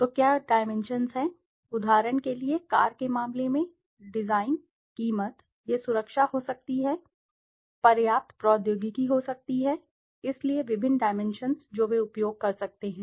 तो क्या डाइमेंशन्स हैं उदाहरण के लिए कार के मामले में डिजाइन कीमत यह सुरक्षा हो सकती है पर्याप्त प्रौद्योगिकी हो सकती है इसलिए विभिन्न डाइमेंशन्सजो वे उपयोग कर सकते हैं